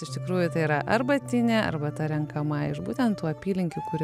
iš tikrųjų tai yra arbatinė arbata renkama iš būtent tų apylinkių kur